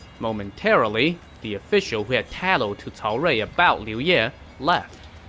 momentarily, the official who had tattled to cao rui about liu ye left.